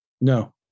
No